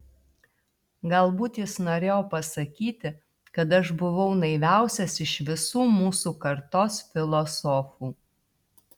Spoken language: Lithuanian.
galbūt jis norėjo pasakyti kad aš buvau naiviausias iš visų mūsų kartos filosofų